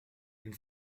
une